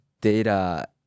data